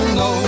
no